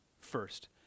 First